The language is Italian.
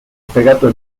fegato